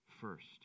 first